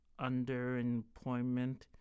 underemployment